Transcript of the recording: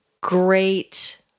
great